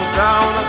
down